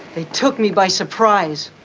they took me by surprise,